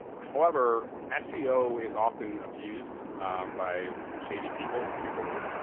however, ah seo is often abused by shady people, just to give it a word.